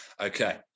Okay